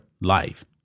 life